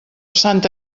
santa